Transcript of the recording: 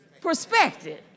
perspective